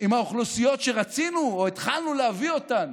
עם האוכלוסיות שרצינו או התחלנו להביא אותן